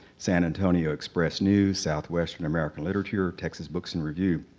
san antonio express news, southwestern american literature, texas books and review.